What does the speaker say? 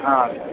ஆ